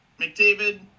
McDavid